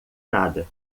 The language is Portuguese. nada